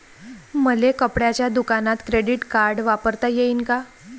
मले कपड्याच्या दुकानात क्रेडिट कार्ड वापरता येईन का?